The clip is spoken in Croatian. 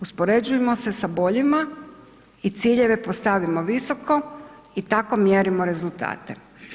Uspoređujmo se sa boljima i ciljeve postavimo visoko i tako mjerimo rezultate.